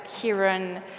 Kieran